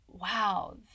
wow